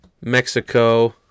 Mexico